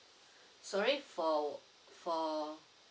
sorry for for